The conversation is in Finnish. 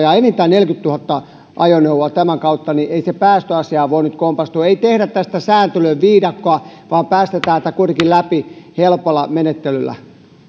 enintään neljäkymmentätuhatta ajoneuvoa tämän kautta niin ei se päästöasiaan voi nyt kompastua ei tehdä tästä sääntelyviidakkoa vaan päästetään tämä kuitenkin läpi helpolla menettelyllä